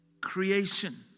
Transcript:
Creation